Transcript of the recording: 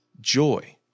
joy